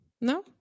No